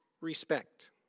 respect